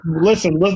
listen